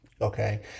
okay